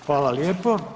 Hvala lijepo.